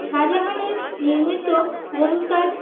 শাজাহানের নির্মিত মমতাজ